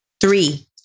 Three